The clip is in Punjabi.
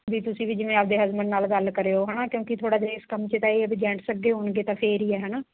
ਵੀ ਤੁਸੀਂ ਵੀ ਜਿਵੇਂ ਆਪਦੇ ਹਸਬੈਂਡ ਨਾਲ ਗੱਲ ਕਰਿਓ ਹੈ ਨਾ ਕਿਉਂਕਿ ਥੋੜ੍ਹਾ ਜਿਹਾ ਇਸ ਕੰਮ 'ਚ ਦਾ ਇਹ ਵੀ ਜੈਂਟਸ ਅੱਗੇ ਹੋਣਗੇ ਤਾਂ ਫਿਰ ਹੀ ਆ ਹੈ ਨਾ